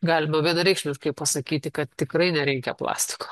galima vienareikšmiškai pasakyti kad tikrai nereikia plastiko